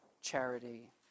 charity